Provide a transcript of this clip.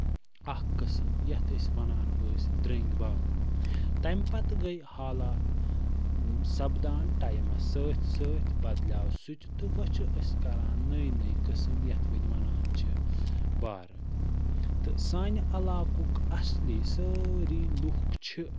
اکھ قٔسٕم یَتھ أسۍ وَنان ٲسۍ درٛنٛگۍ بارٕ تَمہِ پَتہٕ گٔے حالات سَپدان ٹایمَس سۭتۍ سۭتۍ بدلٮ۪و سُہ تہِ تہٕ وۅنۍ چھُ أسۍ کَران نٔوۍ نٔوۍ قٔسٕم یَتھ وۅنۍ وَنان چھِ بارٕ تہٕ سانہِ علاقُک اَصلی سٲری لُکھ چھِ